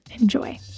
Enjoy